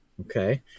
okay